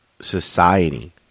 society